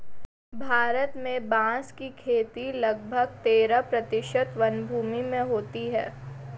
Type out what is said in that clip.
भारत में बाँस की खेती लगभग तेरह प्रतिशत वनभूमि में होती है